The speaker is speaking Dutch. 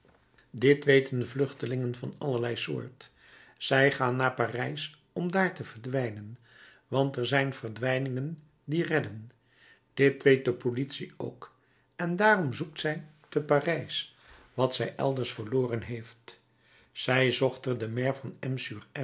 dit weten vluchtelingen van allerlei soort zij gaan naar parijs om daar te verdwijnen want er zijn verdwijningen die redden dit weet de politie ook en daarom zoekt zij te parijs wat zij elders verloren heeft zij zocht